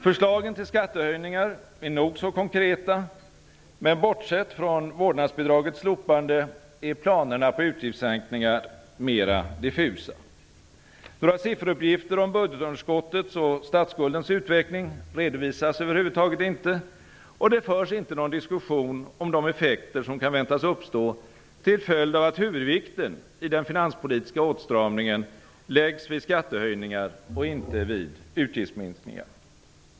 Förslagen till skattehöjningar är nog så konkreta, men bortsett från vårdnadsbidragets slopande är planerna på utgiftsminskningar mer diffusa. Några sifferuppgifter om budgetunderskottets och statsskuldens utveckling redovisas över huvud taget inte, och det förs inte någon diskussion om de effekter som kan väntas uppstå till följd av att huvudvikten i den finanspolitiska åtstramningen läggs vid skattehöjningar och inte vid utgiftsminskningar.